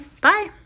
Bye